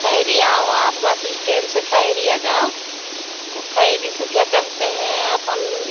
खैरी आओ आप बस इश्टेन से खैरी आ जाओ वो खैरी से क्या कहते हैं अपन